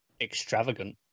extravagant